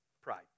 pride